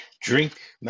drink